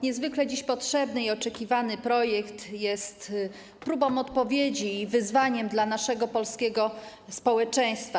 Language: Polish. Niezwykle dziś potrzebny i oczekiwany projekt jest próbą odpowiedzi i wyzwaniem dla naszego polskiego społeczeństwa.